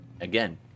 Again